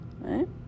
Right